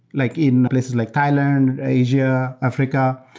like in places like thailand, asia, africa.